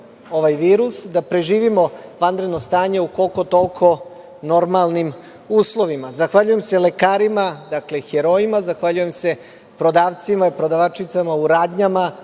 ovaj virus, da preživimo vanredno stanje u koliko-toliko normalnim uslovima. Zahvaljujem se lekarima, dakle herojima, zahvaljujem se prodavcima, prodavačicama u radnjama